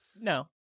no